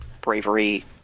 Bravery